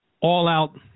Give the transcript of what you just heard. all-out